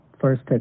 first